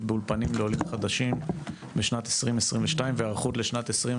באולפנים לעולים חדשים בשנת 2022 והיערכות לשנת 2023,